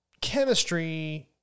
chemistry